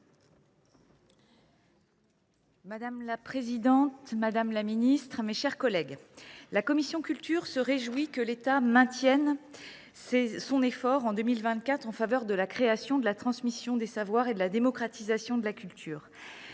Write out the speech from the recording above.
Madame la présidente, madame la ministre, mes chers collègues, la commission de la culture se réjouit que l’État maintienne en 2024 son effort en faveur de la création ainsi que de la transmission des savoirs et de la démocratisation de la culture.